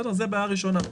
זו בעיה ראשונה.